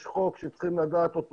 יש חוק שצריכים לדעת אותו.